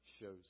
shows